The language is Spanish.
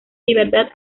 libertad